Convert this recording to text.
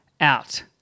out